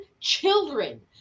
Children